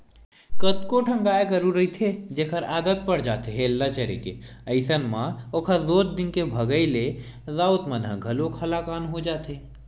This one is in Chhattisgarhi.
कतको ठन गाय गरु रहिथे जेखर आदत पर जाथे हेल्ला चरे के अइसन म ओखर रोज दिन के भगई ले राउत मन ह घलोक हलाकान हो जाथे